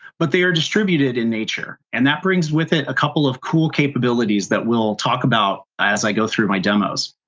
but they are distributed in nature, and that brings with it a couple of cool capabilities that we'll talk about as i go through my demos.